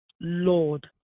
lord